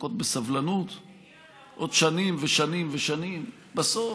לחכות בסבלנות, עוד שנים ושנים, בסוף,